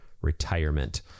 retirement